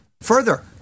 Further